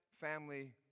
family